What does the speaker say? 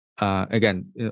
Again